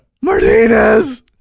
Martinez